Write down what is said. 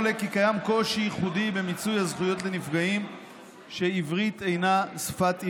עולה כי קיים קושי ייחודי במיצוי הזכויות לנפגעים שעברית אינה שפת אימם.